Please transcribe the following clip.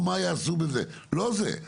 לא זה,